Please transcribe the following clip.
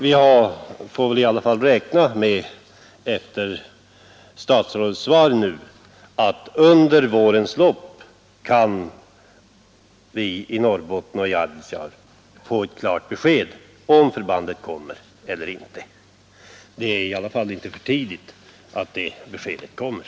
Men efter statsrådets svar nu kan vi i Arvidsjaur, och resten av Norrbotten, räkna med att under vårens lopp få ett klart besked om huruvida förbandet kommer att förläggas till Arvidsjaur eller inte. Det är i alla fall inte för tidigt att det beskedet ges.